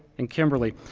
and kimberly,